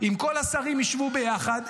אם כל השרים ישבו ביחד,